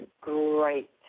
great